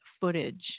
footage